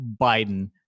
Biden